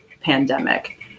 pandemic